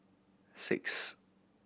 six